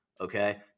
Okay